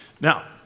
Now